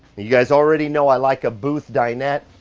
you guys already know, i like a booth dinette.